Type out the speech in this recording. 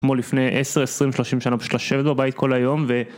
כמו לפני עשר, עשרים, שלושים שנה פשוט לשבת בבית כל היום ו...